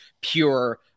pure